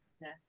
Yes